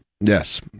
Yes